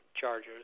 Chargers